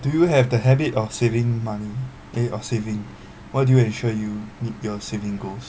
do you have the habit of saving money eh of saving what do you ensure you meet your saving goals